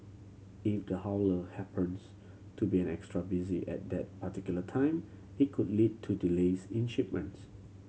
if the haulier happens to be an extra busy at that particular time it could lead to delays in shipments